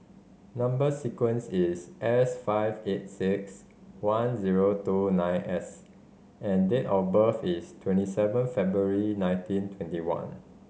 number sequence is S five eight six one zero two nine S and date of birth is twenty seven February nineteen twenty one